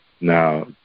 Now